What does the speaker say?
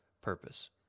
purpose